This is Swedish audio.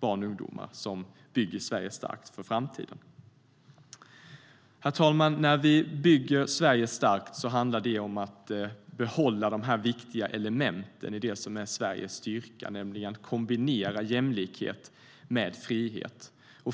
barn och ungdomar som bygger Sverige starkt för framtiden. Herr talman! När vi bygger Sverige starkt handlar det om att behålla de viktiga elementen i det som är Sveriges styrka, nämligen att kombinera jämlikhet med frihet.